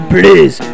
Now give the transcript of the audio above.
Please